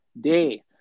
day